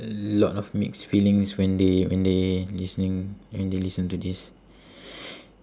a lot of mixed feelings when they when they listening when they listen to this